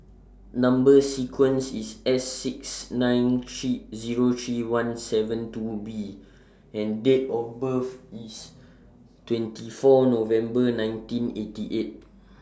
Number sequence IS S six nine three Zero three one seven two B and Date of birth IS twenty four November nineteen eighty eight